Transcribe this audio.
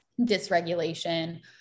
dysregulation